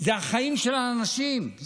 זה החיים של האנשים,